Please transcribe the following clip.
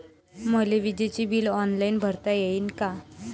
मले विजेच bill online भरता येईन का?